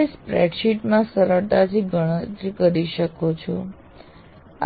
આપ સ્પ્રેડશીટ માં સરળતાથી ગણતરી કરી શકો છો